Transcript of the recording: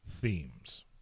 themes